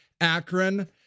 Akron